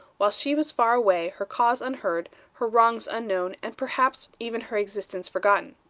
while she was far away, her cause unheard, her wrongs unknown, and perhaps even her existence forgotten.